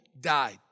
died